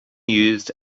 used